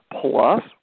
Plus